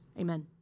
amen